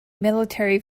military